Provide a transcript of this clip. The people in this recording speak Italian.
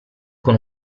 con